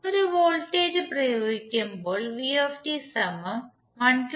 ഒരു വോൾട്ടേജ് പ്രയോഗിക്കുമ്പോൾ ആണ്